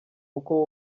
uko